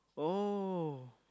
oh